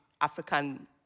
African